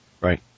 Right